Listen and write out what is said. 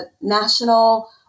national